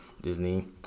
Disney